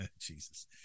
jesus